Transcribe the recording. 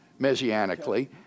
messianically